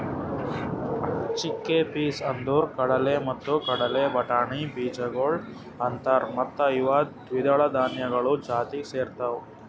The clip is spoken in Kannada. ಚಿಕ್ಕೆಪೀಸ್ ಅಂದುರ್ ಕಡಲೆ ಮತ್ತ ಕಡಲೆ ಬಟಾಣಿ ಬೀಜಗೊಳ್ ಅಂತಾರ್ ಮತ್ತ ಇವು ದ್ವಿದಳ ಧಾನ್ಯಗಳು ಜಾತಿಗ್ ಸೇರ್ತಾವ್